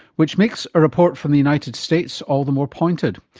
which makes a report from the united states all the more pointed.